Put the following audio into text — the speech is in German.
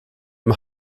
dem